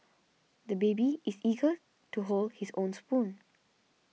the baby is eager to hold his own spoon